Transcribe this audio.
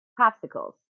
popsicles